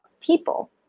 people